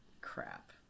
crap